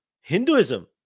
Hinduism